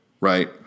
right